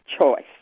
choice